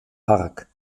park